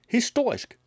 Historisk